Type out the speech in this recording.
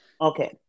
Okay